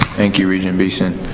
thank you, regent beeson.